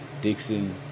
Dixon